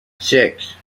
six